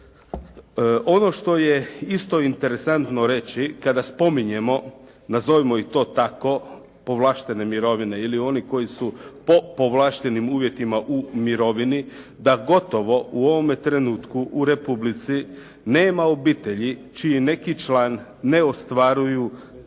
Ono što je isto interesantno reći kada spominjemo nazovimo ih to tako povlaštene mirovine ili oni koji su po povlaštenim uvjetima u mirovini da gotovo u ovome trenutku u Republici nema obitelji čiji neki član ne ostvaruje neku